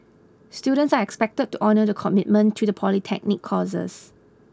students are expected to honour the commitment to the polytechnic courses